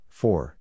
four